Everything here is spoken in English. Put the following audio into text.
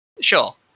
Sure